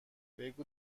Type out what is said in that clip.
بگو